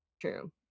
true